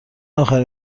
آخرین